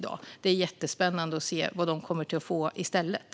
Det ska bli jättespännande att se vad de kommer att få i stället.